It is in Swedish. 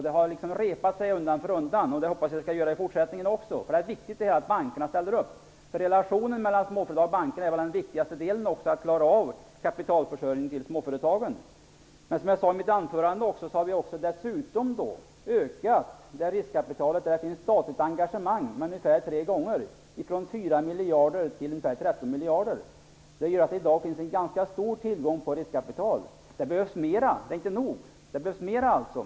De har liksom repat sig undan för undan, och det hoppas jag att de också skall fortsätta att göra, för det är viktigt att bankerna ställer upp. Relationen mellan småföretag och banker är den viktaste delen för att klara av kapitalförsörjningen till småföretagen. Men som jag sade i mitt anförande har vi ungefär tredubblat riskkapitalet från 4 miljarder till ca 13 miljarder i företag med statligt engagemang. Det gör att det i dag finns en ganska stor tillgång på riskkapital. Det behövs mer. Det är inte nog.